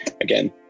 again